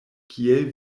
kiel